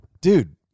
dude